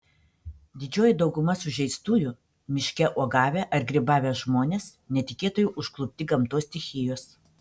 didžioji dauguma sužeistųjų miške uogavę ar grybavę žmonės netikėtai užklupti gamtos stichijos